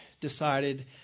decided